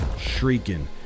shrieking